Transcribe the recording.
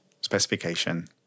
specification